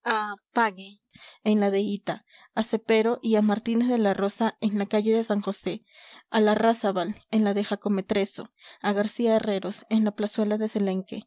hita a cepero y a martínez de la rosa en la calle de san josé a larrazábal en la de jacometrezo a garcía herreros en la plazuela de celenque